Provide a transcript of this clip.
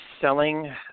selling